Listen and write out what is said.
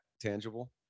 tangible